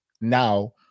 now